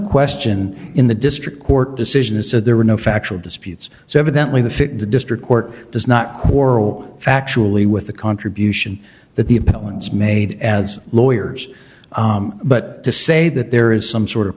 question in the district court decision it said there were no factual disputes so evidently the fifth district court does not quarrel factually with the contribution that the appellant's made as lawyers but to say that there is some sort of